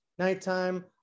Nighttime